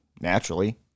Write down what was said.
naturally